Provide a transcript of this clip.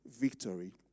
Victory